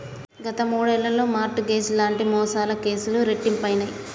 గత మూడేళ్లలో mortgage లాంటి మోసాల కేసులు రెట్టింపయినయ్